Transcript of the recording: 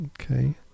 okay